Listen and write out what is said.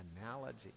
Analogy